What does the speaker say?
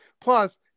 Plus